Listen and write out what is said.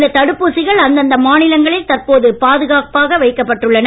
இந்த தடுப்பூசிகள் அந்தந்த மாநிலங்களில் தற்போது பாதுகாப்பாக வைக்கப்பட்டுள்ளன